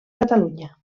catalunya